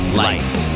lights